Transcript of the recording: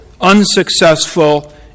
unsuccessful